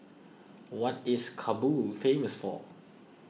what is Kabul famous for